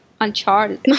Uncharted